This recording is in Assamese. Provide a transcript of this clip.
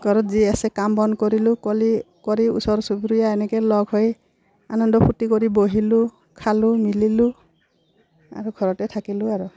ঘৰত যি আছে কাম বন কৰিলোঁ কলি কৰি ওচৰ চুবুৰীয়া এনেকৈ লগ হৈ আনন্দ ফূৰ্তি কৰি বহিলোঁ খালোঁ মেলিলোঁ আৰু ঘৰতে থাকিলোঁ আৰু